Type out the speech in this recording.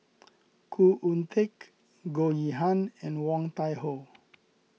Khoo Oon Teik Goh Yihan and Woon Tai Ho